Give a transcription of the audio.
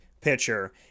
pitcher